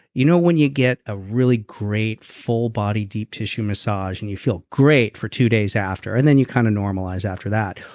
you know when you get a really great full body deep tissue massage and you feel great for two days after, and then you kind of normalize after that.